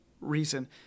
reason